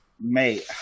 Mate